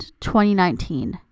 2019